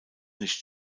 nicht